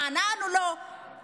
מה, אנחנו לא ביחד?